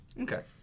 Okay